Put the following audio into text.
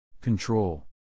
Control